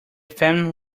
fan